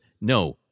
no